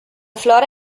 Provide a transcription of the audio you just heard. flora